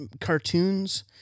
cartoons